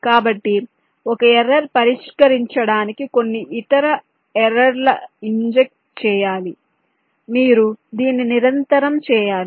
కాబట్టి ఒక ఎర్రర్ పరిష్కరించడానికి కొన్ని ఇతర ఎర్రర్ లు ఇంజెక్ట్ కావచ్చు మీరు దీన్ని నిరంతరం చేయాలి